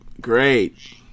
great